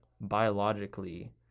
biologically